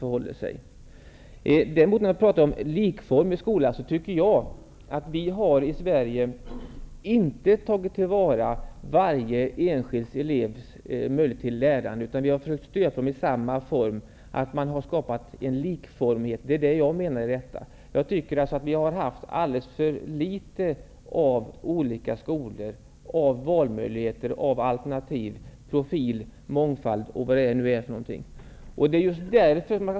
När jag talar om en likformig skola menar jag att vi i Sverige inte har tagit till vara varje enskild elevs möjlighet att lära, utan vi har stöpt eleverna i samma form. Det är detta jag menar när jag säger att man skapat likformighet. Jag anser alltså att vi har haft alldeles för litet av olika skolor och för litet av alternativ -- profil, mångfald osv.